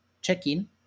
check-in